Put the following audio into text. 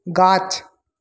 গাছ